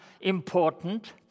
important